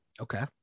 Okay